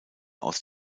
aus